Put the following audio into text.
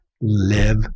Live